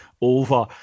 over